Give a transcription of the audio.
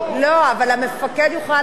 אבל המפקד יוכל לאשר את זה,